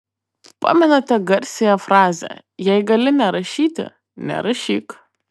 pamenate garsiąją frazę jei gali nerašyti nerašyk